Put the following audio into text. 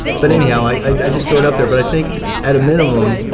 but anyhow, i i just throw it out there. but i think at a minimum,